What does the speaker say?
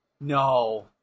No